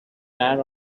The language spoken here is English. man